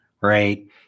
right